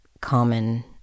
common